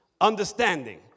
understanding